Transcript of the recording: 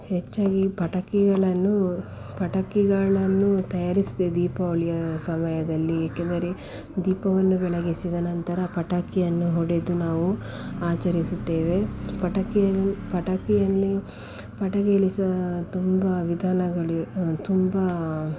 ಹೆಚ್ಚಾಗಿ ಪಟಾಕಿಗಳನ್ನು ಪಟಾಕಿಗಳನ್ನು ತಯಾರಿಸ್ತೆ ದೀಪಾವಳಿಯ ಸಮಯದಲ್ಲಿ ಏಕೆಂದರೆ ದೀಪವನ್ನು ಬೆಳಗಿಸಿದ ನಂತರ ಪಟಾಕಿಯನ್ನು ಹೊಡೆದು ನಾವು ಆಚರಿಸುತ್ತೇವೆ ಪಟಾಕಿಯನ್ನು ಪಟಾಕಿಯಲ್ಲಿ ಪಟಾಕಿಯಲ್ಲಿ ಸಹ ತುಂಬ ವಿಧಾನಗಳಿವೆ ತುಂಬ